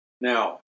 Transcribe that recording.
Now